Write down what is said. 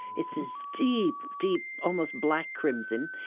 it's this deep, deep, almost black crimson.